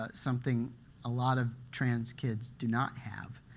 ah something a lot of trans kids do not have.